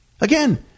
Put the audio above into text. Again